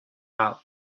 out